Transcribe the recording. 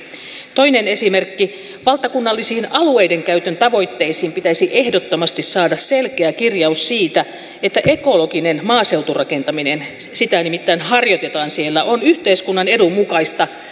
toinen esimerkki valtakunnallisiin alueiden käytön tavoitteisiin pitäisi ehdottomasti saada selkeä kirjaus siitä että ekologinen maaseuturakentaminen sitä nimittäin harjoitetaan siellä on yhteiskunnan edun mukaista